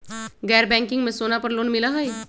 गैर बैंकिंग में सोना पर लोन मिलहई?